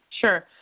Sure